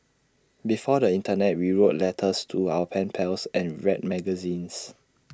before the Internet we wrote letters to our pen pals and read magazines